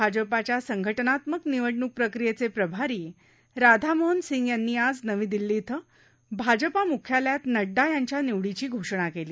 भाजपाच्या संघटनात्मक निवडणूक प्रक्रियेचे प्रभारी राधामोहन सिंग यांनी आज नवी दिल्ली इथं भाजपा मुख्यालयात नड्डा यांच्या निवडीची घोषणा केली